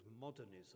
modernism